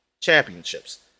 championships